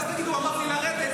ואז תגידו שאמרתי לרדת,